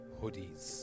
hoodies